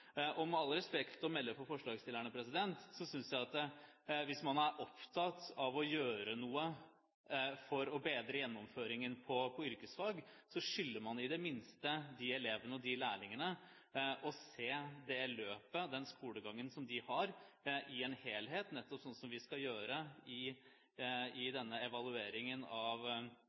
Og med all respekt å melde til forslagsstillerne: Jeg synes at hvis man er opptatt av å gjøre noe for å bedre gjennomføringen på yrkesfag, skylder man i det minste elevene og lærlingene å se løpet og skolegangen de har, i en helhet, nettopp slik vi skal gjøre i forbindelse med evalueringen av